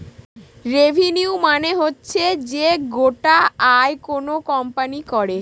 revenue মানে হচ্ছে যে গোটা আয় কোনো কোম্পানি করে